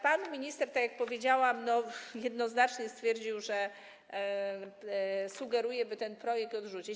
Pan minister, tak jak powiedziałam, jednoznacznie stwierdził, że sugeruje, by ten projekt odrzucić.